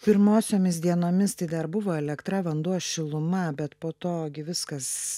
pirmosiomis dienomis tai dar buvo elektra vanduo šiluma bet po to gi viskas